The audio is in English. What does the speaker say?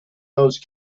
those